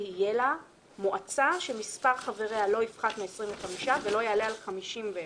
יהיה לה "מועצה שמספר חבריה לא יפחת מ-25 ולא יעלה על 51,